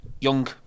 young